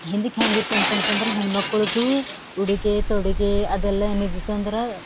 ಹಿಂದಕ್ಕೆ ಹೆಂಗಿತ್ತಂತಂತಂದ್ರೆ ಹೆಣ್ಮಕ್ಳದ್ದು ಉಡುಗೆ ತೊಡುಗೆ ಅದೆಲ್ಲ ಏನು ಇದ್ದಿತಂದ್ರೆ